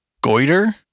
Goiter